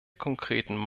konkreten